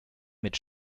mit